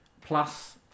plus